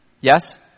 Yes